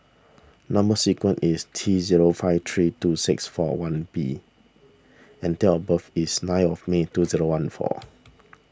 Number Sequence is T zero five three two six four one B and date of birth is nine of May two zero one four